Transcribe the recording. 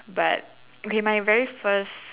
but okay my very first